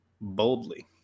boldly